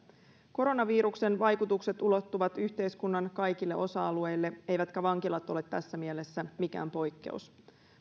koronaviruksen vaikutukset ulottuvat yhteiskunnan kaikille osa alueille eivätkä vankilat ole tässä mielessä mikään poikkeus